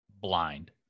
blind